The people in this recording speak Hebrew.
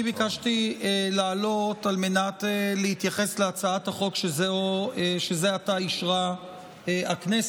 אני ביקשתי לעלות על מנת להתייחס להצעת החוק שזה עתה אישרה הכנסת.